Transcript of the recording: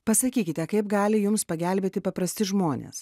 pasakykite kaip gali jums pagelbėti paprasti žmonės